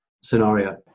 scenario